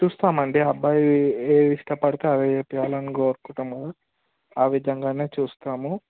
చూస్తాం అండి అబ్బాయి ఏది ఇష్టపడితే అదే చేయాలని కోరుకుంటాం కదా ఆ విధంగా చూస్తాము